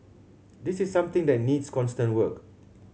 this is something that needs constant work